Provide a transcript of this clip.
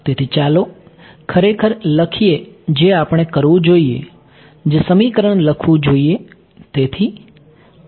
તેથી ચાલો ખરેખર લખીએ જે આપણે કરવું જોઈએ જે સમીકરણ લખવું જોઈએ